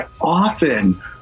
often